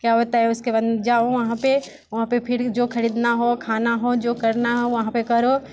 क्या होता है उसके बाद जाओ वहाँ पे वहाँ पे फिर जो खरीदना हो खाना हो जो करना हो वहाँ पे करो